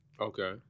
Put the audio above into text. Okay